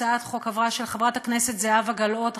הצעת חוק של חברת הכנסת זהבה גלאון חברתנו,